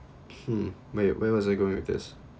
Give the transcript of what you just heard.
hmm where where was I going with this